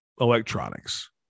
electronics